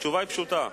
התשובה היא פשוטה.